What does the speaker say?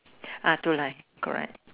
ah two line correct